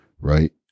Right